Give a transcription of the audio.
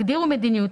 אלא תגדירו מדיניות.